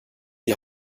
die